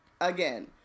again